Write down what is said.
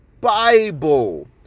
Bible